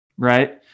right